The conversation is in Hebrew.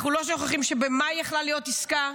אנחנו לא שוכחים שבמאי יכולה הייתה להיות עסקה.